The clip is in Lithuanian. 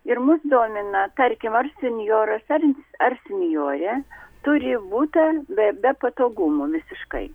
ir mus domina tarkim ar senjoras ar ar senjorė turi butą be be patogumų visiškai